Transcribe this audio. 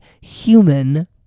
human